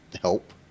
help